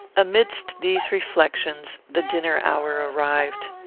amidst these reflections the dinner-hour arrived.